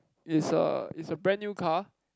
is a is a brand new car